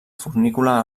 fornícula